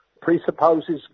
presupposes